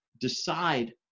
decide